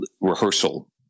rehearsal